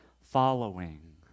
following